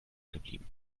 geblieben